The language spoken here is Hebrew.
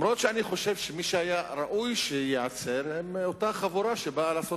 אני חושב שמי שהיה ראוי שייעצר זו אותה חבורה שבאה לעשות